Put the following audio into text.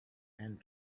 and